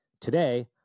today